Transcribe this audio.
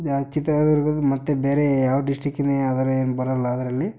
ಚಿತ್ರದುರ್ಗುದ ಮತ್ತು ಬೇರೆ ಯಾವ ಡಿಸ್ಟ್ರಿಕ್ಕಿನ ಯಾವ್ದಾರೂ ಏನೂ ಬರೋಲ್ಲ ಅದರಲ್ಲಿ